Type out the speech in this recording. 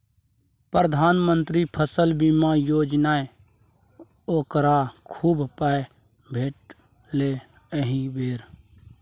प्रधानमंत्री फसल बीमा योजनासँ ओकरा खूब पाय भेटलै एहि बेर